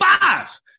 Five